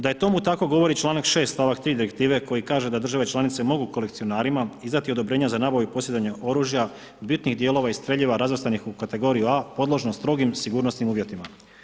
Da je tomu tako govori članak 6. 3. Direktive koji kaže da države članice mogu kolekcionarima izdati odobrenje za nabavu i posjedovanje oružja, bitnih dijelova i streljiva razvrstanih na kategoriju A podložno strogim sigurnosnim uvjetima.